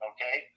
Okay